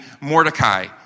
Mordecai